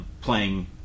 playing